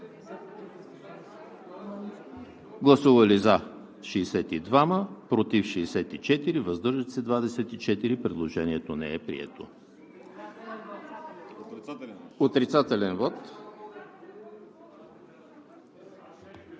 представители: за 62, против 64, въздържали се 24. Предложението не е прието. Отрицателен вот.